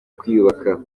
kwiyubaka